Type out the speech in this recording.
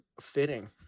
fitting